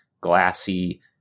glassy